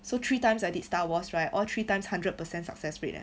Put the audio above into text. so three times I did star wars right all three times hundred percent success rate eh